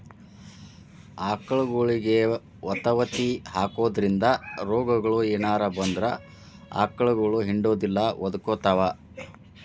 ಆಕಳಗೊಳಿಗೆ ವತವತಿ ಹಾಕೋದ್ರಿಂದ ರೋಗಗಳು ಏನರ ಬಂದ್ರ ಆಕಳಗೊಳ ಹಿಂಡುದಿಲ್ಲ ಒದಕೊತಾವ